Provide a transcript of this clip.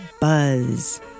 Buzz